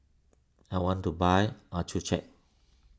I want to buy Accucheck